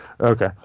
Okay